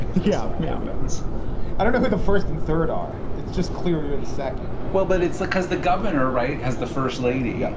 yeah, yeah i don't know who the first and third are. it's just clear you're the second. well, but it's because the governor. right. as the first lady.